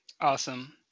Awesome